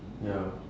ya